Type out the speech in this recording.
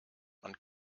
man